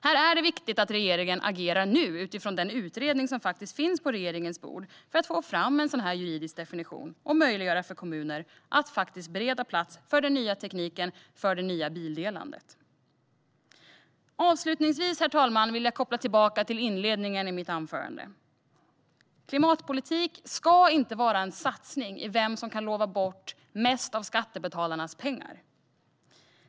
Här är det viktigt att regeringen nu agerar utifrån den utredning som faktiskt finns på regeringens bord för att få fram en juridisk definition och möjliggöra för kommuner att bereda plats för den nya tekniken och det nya bildelandet. Avslutningsvis vill jag koppla tillbaka till inledningen i mitt anförande. Klimatpolitik ska inte vara en tävling om vem som kan lova bort mest av skattebetalarnas pengar.